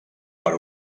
per